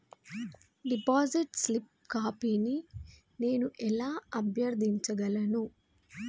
Deposit slip కాపీని నేను ఎలా అభ్యర్థించగలను?